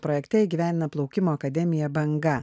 projekte įgyvendina plaukimo akademija banga